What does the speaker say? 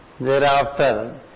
Thereafter